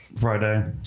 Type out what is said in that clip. Friday